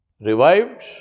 revived